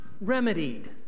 remedied